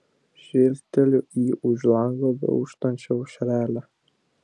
žvilgteliu į už lango beauštančią aušrelę